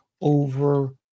over